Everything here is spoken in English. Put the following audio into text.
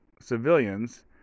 civilians